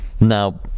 now